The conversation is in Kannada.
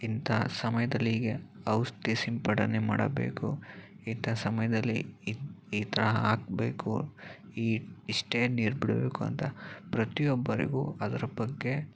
ಇಂಥ ಸಮಯದಲ್ಲಿ ಹೀಗೆ ಔಷಧಿ ಸಿಂಪಡನೆ ಮಾಡಬೇಕು ಇಂಥ ಸಮಯದಲ್ಲಿ ಇನ್ನು ಈ ಥರ ಹಾಕಬೇಕು ಈ ಇಷ್ಟೇ ನೀರು ಬಿಡಬೇಕು ಅಂತ ಪ್ರತಿಯೊಬ್ಬರಿಗೂ ಅದರ ಬಗ್ಗೆ